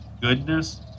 goodness